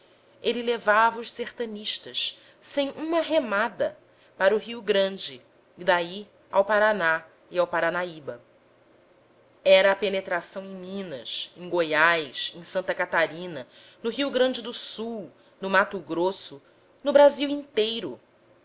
ele levava os sertanistas sem uma remada para o rio grande e daí ao paraná e ao paranaíba era a penetração em minas em goiás em santa catarina no rio grande do sul no mato grosso no brasil inteiro